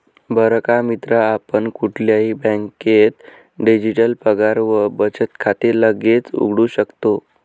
बर का मित्रा आपण कुठल्याही बँकेत डिजिटल पगार व बचत खाते लगेच उघडू शकतो